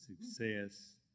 success